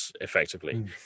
effectively